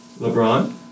LeBron